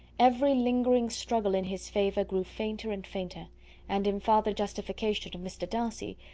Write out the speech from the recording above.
every lingering struggle in his favour grew fainter and fainter and in farther justification of mr. darcy,